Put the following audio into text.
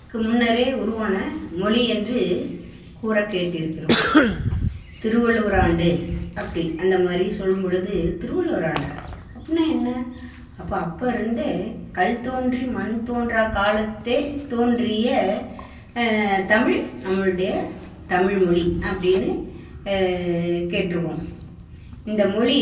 க்கு முன்னரே உருவான மொழி என்று கூற கேட்டிருக்கிறோம் திருவள்ளுவர் ஆண்டு அப்படி அந்த மாதிரி சொல்லும்பொழுது திருவள்ளுவர் ஆண்டா அப்படின்னா என்ன அப்போ அப்போ இருந்தே கல் தோன்றி மண் தோன்றாக் காலத்தே தோன்றிய தமிழ் நம்மளுடைய தமிழ்மொழி அப்படின்னு கேட்டிருப்போம் இந்தமொழி